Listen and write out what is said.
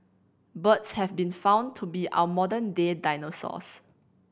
birds have been found to be our modern day dinosaurs